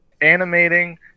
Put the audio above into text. animating